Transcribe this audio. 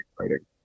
exciting